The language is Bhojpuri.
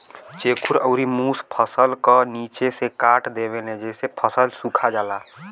चेखुर अउर मुस फसल क निचे से काट देवेले जेसे फसल सुखा जाला